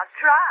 try